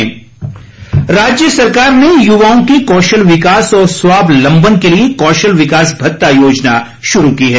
योजना राज्य सरकार ने युवाओं के कौशल विकास और स्वावलम्बन के लिए कौशल विकास भत्ता योजना शुरू की है